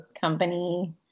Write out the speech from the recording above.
company